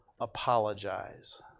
apologize